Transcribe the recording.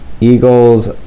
Eagles